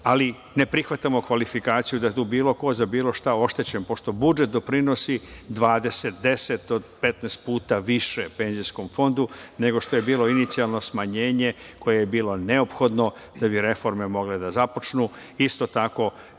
ali ne prihvatamo kvalifikaciju da je tu bilo ko za bilo šta oštećen, pošto budžet doprinosi 20,10 do 15 puta više penzijskom fondu nego što je bilo inicijalno smanjenje koje je bilo neophodno da bi reforme mogle da započnu. Isto tako,